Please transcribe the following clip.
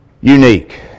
Unique